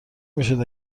میشد